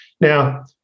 Now